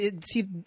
see